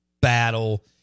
battle